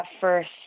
first